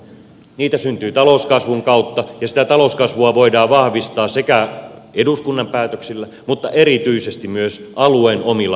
niitä syntyy talouskasvun kautta ja sitä talouskasvua voidaan vahvistaa eduskunnan päätöksillä mutta erityisesti myös alueen omilla päätöksillä